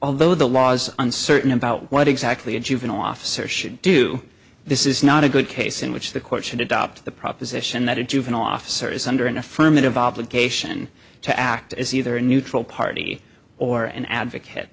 although the laws uncertain about what exactly a juvenile officer should do this is not a good case in which the court should adopt the proposition that a juvenile officer is under an affirmative obligation to act as either a neutral party or an advocate